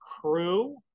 crew